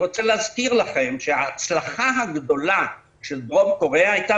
אני רוצה להזכיר לכם שההצלחה הגדולה של דרום קוריאה הייתה